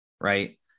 Right